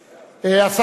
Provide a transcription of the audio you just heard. נכון,